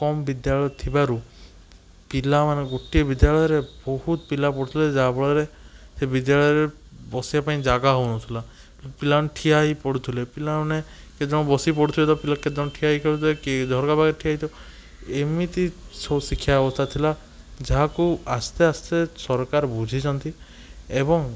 ଏତେ କମ୍ ବିଦ୍ୟାଳୟ ଥିବାରୁ ପିଲାମାନଙ୍କୁ ଗୋଟିଏ ବିଦ୍ୟାଳୟରେ ବହୁତ ପିଲା ପଢ଼ୁଥିବେ ଯାହାଫଳରେ ସେ ବିଦ୍ୟାଳୟରେ ବସିବା ପାଇଁ ଜାଗା ହେଉନଥିଲା ପିଲାମାନେ ଠିଆ ହେଇ ପଢ଼ୁଥିଲେ ପିଲାମାନେ କେତେଜଣ ବସିକି ପଢ଼ୁଥିବେ ତ କେତେଜଣ ଠିଆ ହେଇକି ପଢ଼ୁଥିବେ କିଏ ଝରକା ପାଖରେ ଠିଆ ହେଇଥିବ ଏମିତି ସବୁ ଶିକ୍ଷା ଅବସ୍ଥା ଥିଲା ଯାହାକୁ ଆସ୍ତେ ଆସ୍ତେ ସରକାର ବୁଝିଛନ୍ତି ଏବଂ